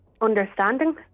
Understanding